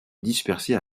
dispersées